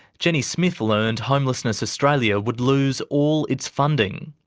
jenny smith learned homelessness australia would lose all its funding.